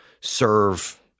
serve